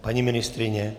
Paní ministryně?